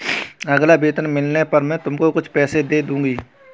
अगला वेतन मिलने पर मैं तुमको कुछ पैसे दे दूँगी